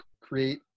create